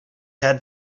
had